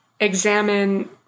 examine